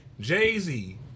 Jay-Z